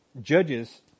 Judges